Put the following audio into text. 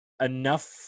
enough